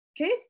Okay